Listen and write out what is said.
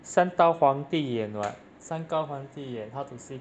山高皇帝远 [what] 山高皇帝远 how to say